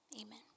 amen